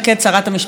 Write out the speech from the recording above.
שרת המשפטים,